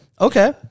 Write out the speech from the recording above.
Okay